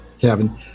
Kevin